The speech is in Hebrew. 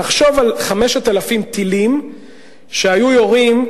תחשוב על 5,000 טילים שהיו יורים,